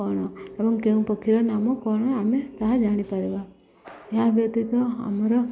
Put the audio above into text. କ'ଣ ଏବଂ କେଉଁ ପକ୍ଷୀର ନାମ କ'ଣ ଆମେ ତାହା ଜାଣିପାରିବା ଏହା ବ୍ୟତୀତ ଆମର